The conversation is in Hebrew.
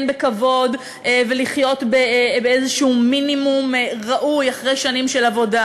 בכבוד ולחיות באיזה מינימום ראוי אחרי שנים של עבודה,